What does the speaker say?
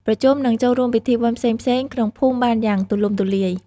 ប្រជុំ និងចូលរួមពិធីបុណ្យផ្សេងៗក្នុងភូមិបានយ៉ាងទូលំទូលាយ។